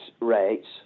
rates